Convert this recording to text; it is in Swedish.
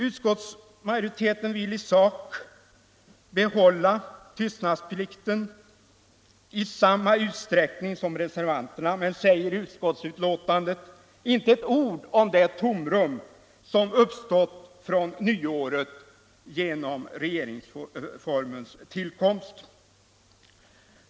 Utskottsmajoriteten vill i sak behålla tystnadsplikten i samma utsträckning som reservanterna men säger i utskottsbetänkandet inte ett ord om det tomrum som uppstått från nyår genom regeringsformens tillkomst.